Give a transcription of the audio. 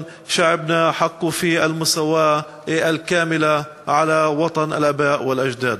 גם את זכותו לשוויון מלא על מולדת האבות.)